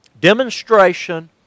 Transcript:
demonstration